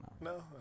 no